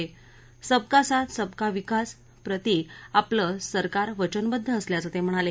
सबका साथ सबका विकास प्रति आपलं सरकार वचनबद्द असल्याचं ते म्हणाले